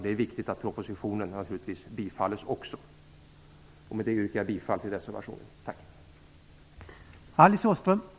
Det är naturligtvis också viktigt att propositionen bifalls. Med detta yrkar jag bifall till reservationen. Tack!